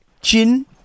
Chin